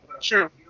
Sure